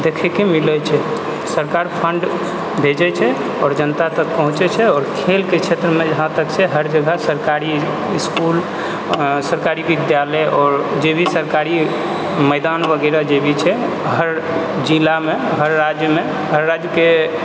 देखैके मिलै छै सरकार फण्ड भेजै छै आओर जनता तक पहुँचै छै आओर खेलके क्षेत्रमे जहाँतक छै सरकारी इसकुल सरकारी विद्यालय आओर जे भी सरकारी मैदान वगैरह जे भी छै हर जिलामे हर राज्यमे हर राज्यके